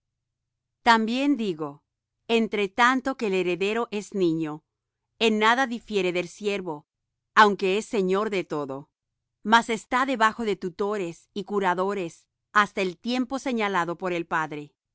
también digo entre tanto que el heredero es niño en nada difiere del siervo aunque es señor de todo mas está debajo de tutores y curadores hasta el tiempo señalado por el padre